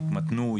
יתמתנו,